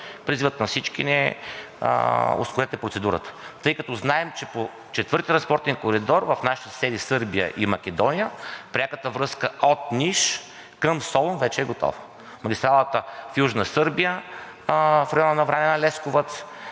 призивът на всички ни е – ускорете процедурата. Тъй като знаем, че по транспортен коридор IV в нашите съседи Сърбия и Македония пряката връзка от Ниш към Солун вече е готова. Магистралата в Южна Сърбия в района на Враня, Лесковац